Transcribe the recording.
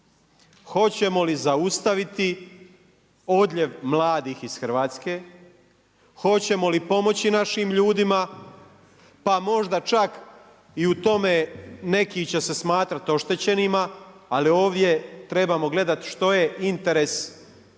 hoćemo li zaustaviti odljev mladih iz Hrvatske, hoćemo li pomoći našim ljudima pa možda čak i u tome neki će se smatrati oštećenima. Ali ovdje trebamo gledati što je interes javni,